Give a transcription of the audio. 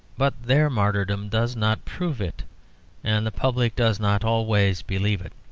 but their martyrdom does not prove it and the public does not always believe it.